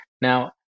now